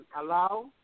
allow